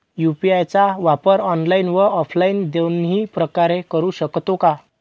UPI चा वापर online व ऑफलाईन दोन्ही प्रकारे करु शकतो का?